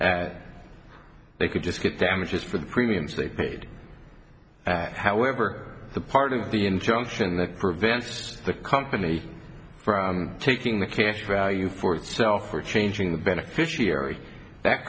as they could just get damages for the premiums they paid however the part of the injunction that prevents the company from taking the cash value for itself or changing the beneficiary that